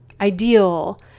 ideal